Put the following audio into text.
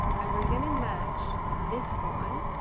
and we're going to match this one.